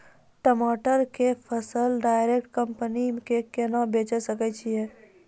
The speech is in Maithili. टमाटर के फसल डायरेक्ट कंपनी के केना बेचे सकय छियै?